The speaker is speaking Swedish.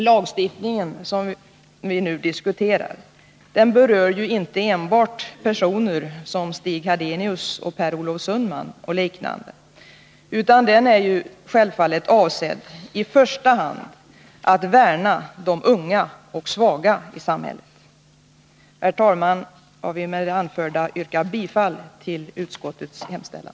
Lagstiftningen som vi nu diskuterar berör ju inte enbart personer som Stig Hadenius och Per Olof Sundman m.fl., utan den är självfallet i första hand avsedd att värna om de unga och svaga i samhället. Herr talman! Jag vill med det anförda yrka bifall till utskottets hemställan.